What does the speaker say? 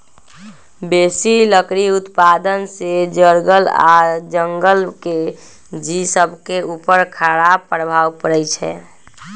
बेशी लकड़ी उत्पादन से जङगल आऽ जङ्गल के जिउ सभके उपर खड़ाप प्रभाव पड़इ छै